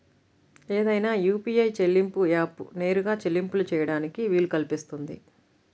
ఏదైనా యూ.పీ.ఐ చెల్లింపు యాప్కు నేరుగా చెల్లింపులు చేయడానికి వీలు కల్పిస్తుంది